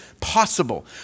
possible